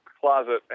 closet